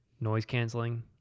noise-canceling